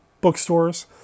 bookstores